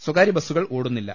സ്വകാര്യ ബസ്സുകൾ ഓടുന്നില്ല